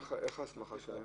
איך ההסמכה שלהם?